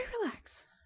relax